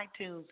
iTunes